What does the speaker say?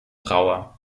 trauer